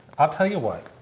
i'll tell you what.